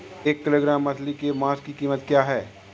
एक किलोग्राम मछली के मांस की कीमत क्या है?